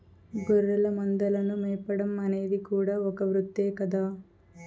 గొర్రెల మందలను మేపడం అనేది కూడా ఒక వృత్తే కదా